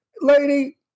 lady